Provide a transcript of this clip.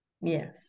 yes